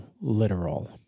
literal